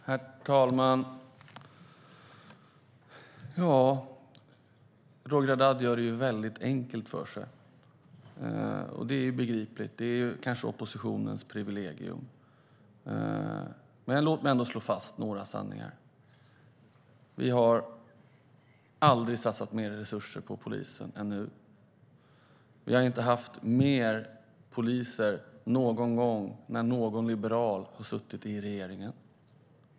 Herr talman! Roger Haddad gör det enkelt för sig. Det är begripligt; det är kanske oppositionens privilegium. Låt mig ändå slå fast några sanningar. Vi har aldrig satsat mer resurser på polisen än nu. Vi har inte haft fler poliser någon gång när någon liberal har suttit i regeringen.